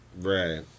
Right